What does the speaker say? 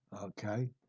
Okay